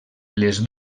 les